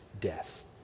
death